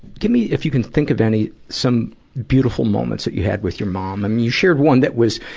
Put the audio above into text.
give me, if you can think of any, some beautiful moments that you had with your mom. i and mean, you shared one that was,